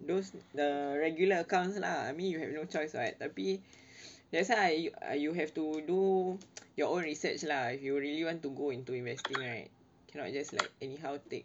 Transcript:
those the regular accounts lah me you have no choice [what] tapi that's why err you have to do your own research lah if you really want to go into investing right cannot just like anyhow take